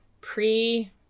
pre